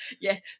yes